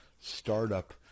startup